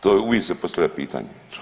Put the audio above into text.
To uvijek se postavlja pitanje.